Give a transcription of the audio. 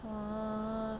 err